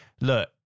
look